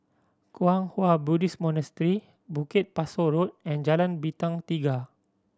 Kwang Hua Buddhist Monastery Bukit Pasoh Road and Jalan Bintang Tiga